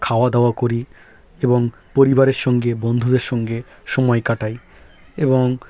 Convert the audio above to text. খাওয়া দাওয়া করি এবং পরিবারের সঙ্গে বন্ধুদের সঙ্গে সময় কাটাই এবং